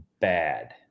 bad